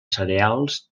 cereals